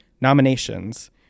nominations